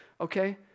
okay